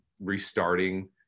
restarting